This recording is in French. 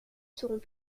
seront